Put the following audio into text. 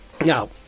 Now